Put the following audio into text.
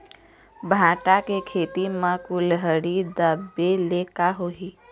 भांटा के खेती म कुहड़ी ढाबे ले का होही?